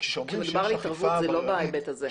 כשמדובר על התערבות, זה לא בהיבט הזה.